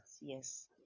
yes